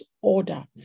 order